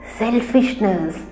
selfishness